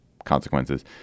Consequences